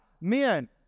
Men